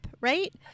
Right